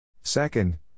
Second